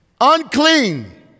unclean